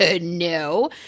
No